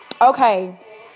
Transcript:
Okay